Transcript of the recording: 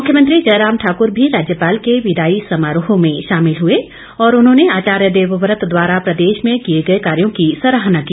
मुख्यमंत्री जयराम ठाकर भी राज्यपाल के विदाई समारोह में शामिल हुए और उन्होंने आचार्य देवव्रत द्वारा प्रदेश में किए गए कार्यो की सराहना की